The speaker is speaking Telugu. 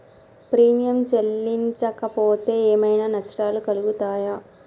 ప్రీమియం చెల్లించకపోతే ఏమైనా నష్టాలు కలుగుతయా?